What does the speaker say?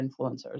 influencers